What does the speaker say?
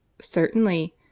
Certainly